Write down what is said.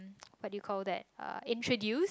what did you call that uh introduced